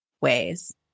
ways